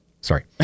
sorry